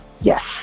Yes